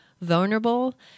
vulnerable